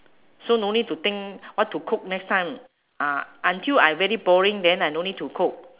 so no need to think what to cook next time ah until I very boring then I no need to cook